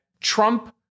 Trump